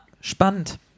spannend